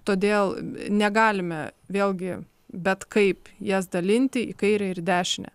todėl negalime vėlgi bet kaip jas dalinti į kairę ir į dešinę